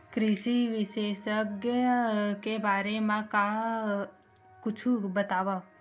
कृषि विशेषज्ञ के बारे मा कुछु बतावव?